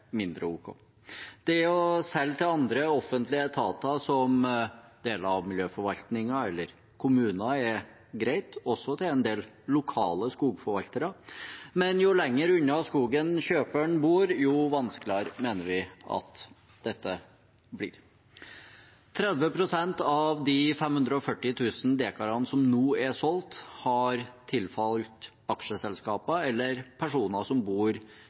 mindre ok. Det å selge til andre offentlige etater, som deler av miljøforvaltningen eller kommuner, er greit, også til en del lokale skogforvaltere, men jo lenger unna skogen kjøperen bor, jo vanskeligere mener vi at dette blir. 30 pst. av de 540 000 dekarene som nå er solgt, har tilfalt aksjeselskaper eller personer som bor